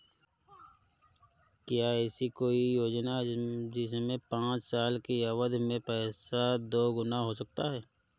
क्या ऐसी कोई योजना है जिसमें पाँच साल की अवधि में पैसा दोगुना हो जाता है?